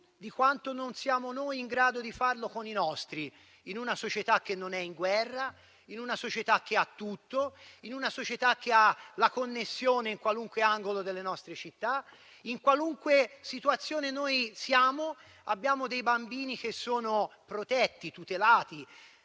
di quanto non siamo in grado di farlo noi con i nostri figli, in una società che non è in guerra, in una società che ha tutto, in una società che ha la connessione in qualunque angolo delle nostre città. In qualunque situazione noi siamo, abbiamo dei bambini che sono protetti, tutelati,